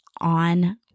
on